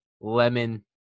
lemon